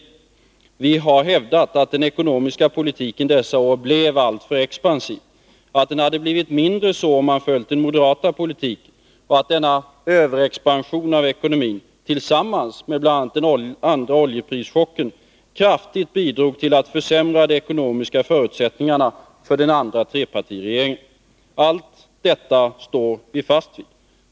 Vi har hävdat att den ekonomiska politiken dessa år blev alltför expansiv, att den hade blivit mindre expansiv om man hade följt den moderata politiken och att denna överexpansion av ekonomin — tillsammans med bl.a. den andra oljeprischocken — kraftigt bidrog till att försämra de ekonomiska förutsättningarna för den andra trepartiregeringen. Allt detta står vi fast vid.